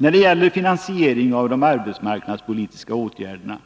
När det gäller finansieringen av de arbetsmarknadspolitiska åtgärderna